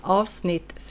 avsnitt